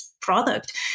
product